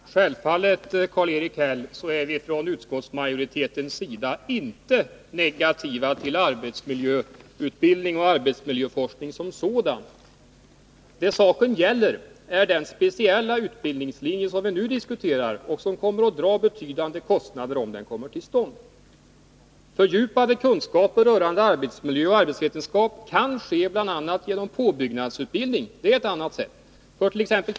Herr talman! Självfallet, Karl-Erik Häll, är vi från utskottsmajoritetens sida inte negativa till arbetsmiljöutbildning och arbetsmiljöforskning som sådana. Det saken gäller är den speciella utbildningslinje som vi nu diskuterar och som kommer att dra betydande kostnader, om den kommer till stånd. Fördjupade kunskaper rörande arbetsmiljö och arbetsvetenskap kan åstadkommas bl.a. genom påbyggnadsutbildning— det är ett annat sätt — fört.ex.